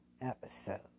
episode